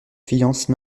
fiancent